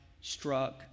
struck